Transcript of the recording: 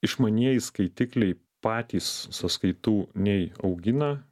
išmanieji skaitikliai patys sąskaitų nei augina